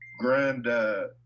granddad